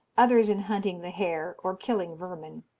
others in hunting the hare, or killing vermin.